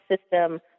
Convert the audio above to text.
system